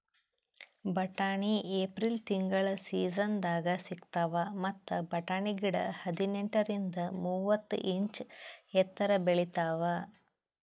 ಬಟಾಣಿ ಏಪ್ರಿಲ್ ತಿಂಗಳ್ ಸೀಸನ್ದಾಗ್ ಸಿಗ್ತಾವ್ ಮತ್ತ್ ಬಟಾಣಿ ಗಿಡ ಹದಿನೆಂಟರಿಂದ್ ಮೂವತ್ತ್ ಇಂಚ್ ಎತ್ತರ್ ಬೆಳಿತಾವ್